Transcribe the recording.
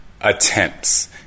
attempts